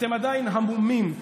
אתם עדיין המומים,